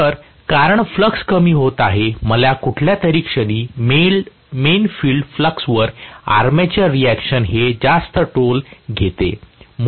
तर कारण फ्लक्स कमी होत आहे मला कुठल्या तरी क्षणी मेन फील्ड फ्लक्स वर आर्मेचर रिऍक्शन हे जास्त टोल घेते